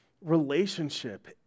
relationship